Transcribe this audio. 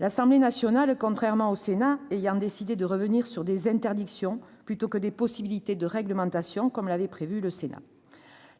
L'Assemblée nationale, contrairement au Sénat, a décidé de revenir sur des interdictions, plutôt que sur des possibilités de « réglementation » comme l'avait prévu le Sénat.